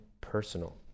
personal